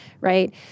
right